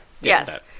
Yes